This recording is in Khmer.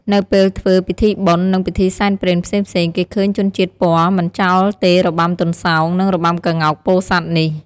នៅពេលធ្វើពិធីបុណ្យ និងពិធីសែនព្រេនផ្សេងៗ គេឃើញជនជាតិព័រមិនចោលទេរបាំទន្សោង និងរបាំក្ងោកពោធិ៍សាត់នេះ។